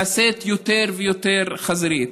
נעשית יותר ויותר חזירית.